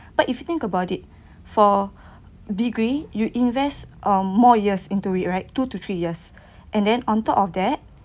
but if you think about it for degree you invest um more years into it right two to three years and then on top of